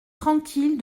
tranquille